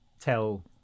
tell